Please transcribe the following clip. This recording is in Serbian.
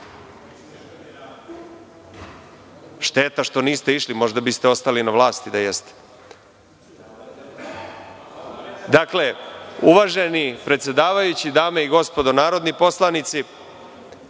Šteta što niste išli, možda biste ostali na vlasti da jeste. Dakle uvaženi predsedavajući, dame i gospodo narodni poslanici,